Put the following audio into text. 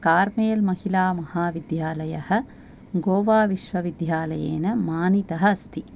caramel महिलामहाविद्यालयः गोवाविश्वविद्यालयेन मानितः अस्ति